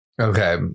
Okay